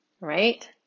right